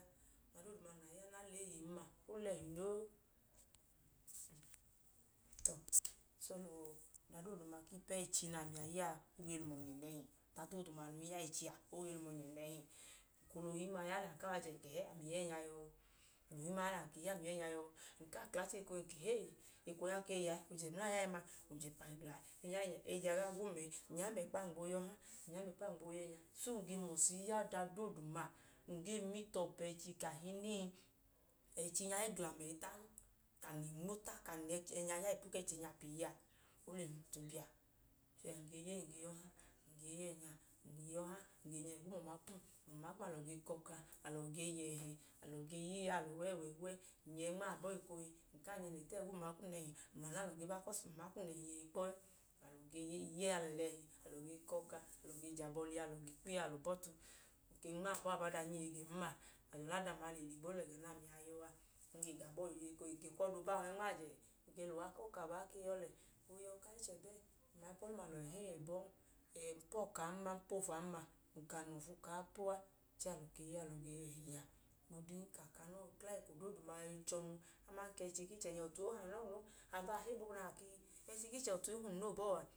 Ọda doodu nẹ a i ya nẹ a lẹ eeyen ma, o lọhi noo. Ọda doodu ku ipu ẹchi nẹ ami a ge ya a, o ge lẹ um ọnyẹ nẹhi. Ọda doodu num ge ya ẹchi a, o ge lum ọnyẹ nẹhi. Eko num lẹ ohinma ya, ng kla ajẹ, ng ka ami ya ẹẹnya yọọ? Ng lẹ ohinma ya, ng ka ami ya ẹẹnya yọọ? Ekohi ng ka ehee, eko nya ke i yẹ ẹẹ. Oje ẹmla ya ẹẹma? Oje ẹpa le gla ẹẹ. Ẹẹnya gaa gwum ẹẹ. Ng nyambẹ kpa, ng gboo ya ọha, ng nyambẹ kpa, ng gboo ya ọha. Ng nyambẹ kpa, ng gboo ya ẹẹnya. So, ng ge mọsti i ya ọda dooduma, num gee mit ọpu ẹchi kahinii, ẹchi nya i glan ẹyi tan. Ka ng le nmota kum lẹ ẹẹnya ya ipu ẹchi nya pii a. O lẹ um ọtu biya. Oliya, ng ge ya ee ng ge ya ọha. Ng ge ya ẹẹnya, ng ge ya ọha. Ng ge nyẹ ẹgiyi umama kum. Ami mla umama kum, alọ ge kọka, ng ge yẹhẹ. Alọ ge ya iyalọ wẹ, wẹ, wẹ. Ng nma abọọ ekohi, ng kaa nyẹ le ta ẹgiyi umama kum nẹhi. Ami mla anu, alọ ge ba, bikọọs, umama kum nẹhi yeyi kpọ ẹ. Alọ ge ya iyalọ ẹla ẹhẹ. Alọ ge kọka, alọ ge je abọ lẹ iyalọ, ge kwu iyalọ ba ọtu. Ng ke nma abọọ, abọ adam i yeyi gẹn ma. Ọlẹ adam a le ligbo lẹ ẹga nẹ ami a ke yọ a, ng ge ga abọọn. Ojooji ekohi, ng ke kwu ọda obahọ i nmajẹ, ng ke lẹ uwa kọọlu. Abaa ke yọ lẹ? Ooyọ ku aa ichẹ bẹ? Alọ mla ayipẹ ọlum, alọ heyi ẹbọ. Ẹẹ, ng po ọkọ aan ma, ng po ofu aan ma, num ka ng lẹ ofu ku aa po a. Chẹẹ, ng ke ya iyalọ ge yẹhẹ liya. Ohigbu ọdin ka, a ka anọọ kla eko duu ge chọnu, aman ka ẹchi ichẹ nya ọtu ọọ i he anọọ noo. A baa higbu nẹ a ke ka ẹchi ku ichẹ ọtu i hum noo bọọ a.